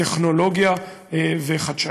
טכנולוגיה וחדשנות.